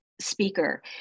speaker